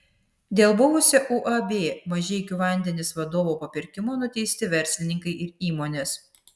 dėl buvusio uab mažeikių vandenys vadovo papirkimo nuteisti verslininkai ir įmonės